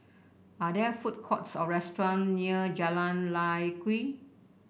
are there food courts or restaurants near Jalan Lye Kwee